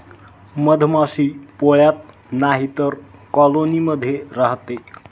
मधमाशी पोळ्यात नाहीतर कॉलोनी मध्ये राहते